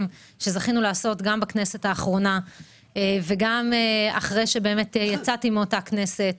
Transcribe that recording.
שזכינו לעשות גם בכנסת האחרונה וגם אחרי שיצאתי מאותה כנסת